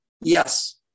Yes